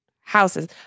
houses